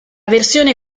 versione